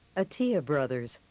atiyeh bros,